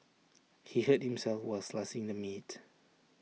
he hurt himself while slicing the meat